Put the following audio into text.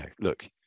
look